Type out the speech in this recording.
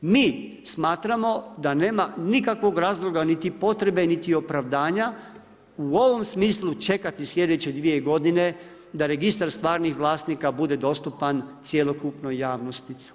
Mi smatramo da nema nikakvog razloga niti potrebe niti opravdanja u ovom smislu čekati slijedeće dvije godine da Registar stvarnih vlasnika bude dostupan cjelokupnoj javnosti.